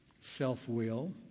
self-will